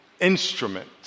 instrument